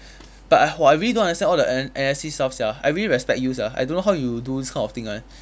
but !whoa! I really don't understand all the an~ analysis stuff sia I really respect you sia I don't know how you do this kind of thing [one]